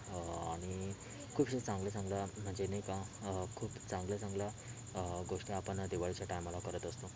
आणि खूप असे चांगले चांगले म्हणजे नाही का खूप चांगल्या चांगल्या गोष्टी आपण दिवाळीच्या टायमाला करत असतो